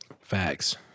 Facts